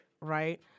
right